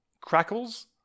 crackles